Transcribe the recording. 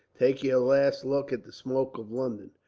take your last look at the smoke of london,